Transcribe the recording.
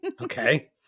Okay